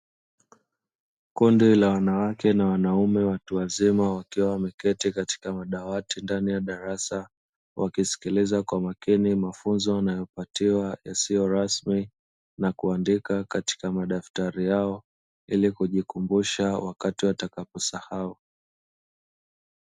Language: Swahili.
Kundi la wanawake na wanaume watu wazima wakiwa wameketi katika madawati ndani ya darasa, wakisikiliza kwa makini mafunzo wanayopatiwa yasiyo rasmi na kuandika katika madaftari yao ili kujikumbusha wakati watakaposahau.